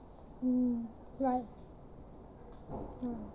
mm right mm